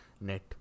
net